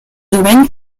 domaine